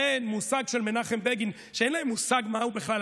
זה מושג של מנחם בגין שאין להם מושג מה הוא אמר בכלל,